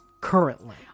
currently